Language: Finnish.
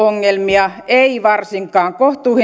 asunto ongelmia ei varsinkaan